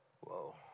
Whoa